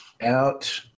out